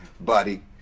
buddy